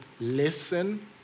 listen